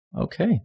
Okay